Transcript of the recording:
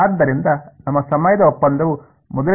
ಆದ್ದರಿಂದ ನಮ್ಮ ಸಮಯದ ಒಪ್ಪಂದವು ಮೊದಲಿನಂತೆ ಆಗಿದೆ